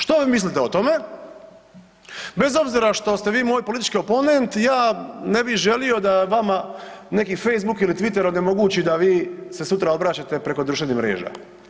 Što vi mislite o tome, bez obzira što ste vi moj politički oponent ja ne bih želio da vama neki Facebook ili Twitter onemogući da vi se sutra obraćate preko društvenih mreža.